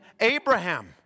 Abraham